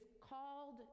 called